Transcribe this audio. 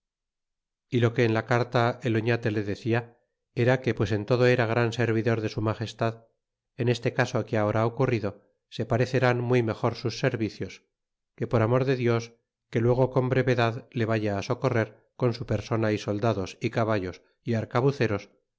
y loque en la carta el oñate le decia era que pues en todo era gran servidor de su ala gestad en este caso que ahora ha ocurrido se tpareceran muy mejor sus servicios que por amor de dios que luego con brevedad le vaya á socorrer con su persona y soldados y caballos y arcabuceros